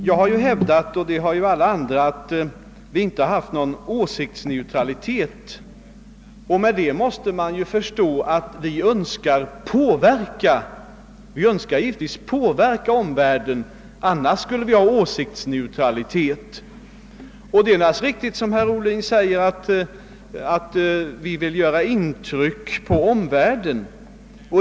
Herr talman! Jag och många andra har hävdat att vi inte haft någon åsiktsneutralitet. I och med detta måste man förstå att vi givetvis önskar påverka omvärlden. Det är alldeles riktigt som herr Ohlin säger att vi vill göra intryck på omvärlden.